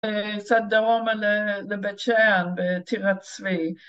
זה קצת דרומה לבית שאן, זה טירת צבי